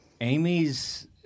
Amy's